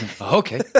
Okay